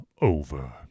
over